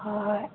ꯍꯣꯏ ꯍꯣꯏ